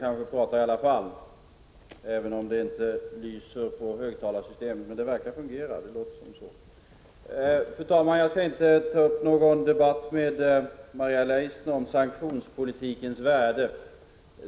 Fru talman! Jag skall inte ta upp någon debatt med Maria Leissner om sanktionspolitikens värde.